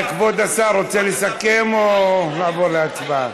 כבוד השר, רוצה לסכם או לעבור להצבעה?